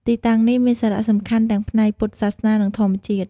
ទីតាំងនេះមានសារៈសំខាន់ទាំងផ្នែកពុទ្ធសាសនានិងធម្មជាតិ។